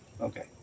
okay